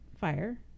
fire